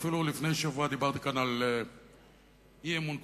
ואפילו לפני שבוע דיברתי כאן על אי-אמון קונסטרוקטיבי.